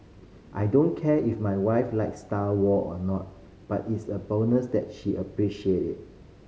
I don't care if my wife likes Star War or not but it's a bonus that she appreciate it